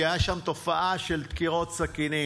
כי הייתה שם תופעה של דקירות סכינים.